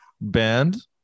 band